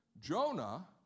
Jonah